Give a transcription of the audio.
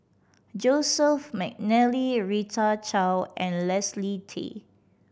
Joseph McNally Rita Chao and Leslie Tay